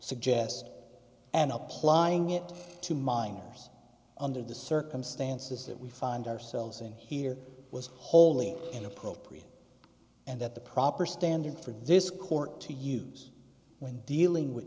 suggest and up plying it to minors under the circumstances that we find ourselves in here was wholly inappropriate and that the proper standard for this court to use when dealing with